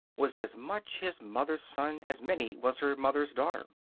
was as much his mother's son as minnie was her mother's daughter.